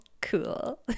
cool